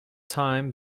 time